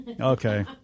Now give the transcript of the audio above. Okay